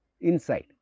inside